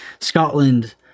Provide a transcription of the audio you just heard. Scotland